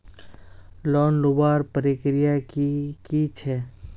Loan लुबार प्रक्रिया की की छे?